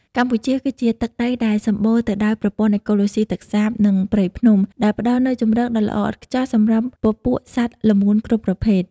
កម្ពុជាគឺជាទឹកដីដែលសម្បូរទៅដោយប្រព័ន្ធអេកូឡូស៊ីទឹកសាប និងព្រៃភ្នំ ដែលផ្ដល់នូវជម្រកដ៏ល្អឥតខ្ចោះសម្រាប់ពពួកសត្វល្មូនគ្រប់ប្រភេទ។